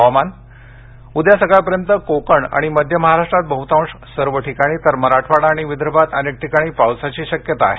हवामान उद्या सकाळपर्यंत कोकण आणि मध्य महाराष्ट्रात बहुतांश सर्व ठिकाणी तर मराठवाडा आणि विदर्भात अनेक ठिकाणी पावसाची शक्यता आहे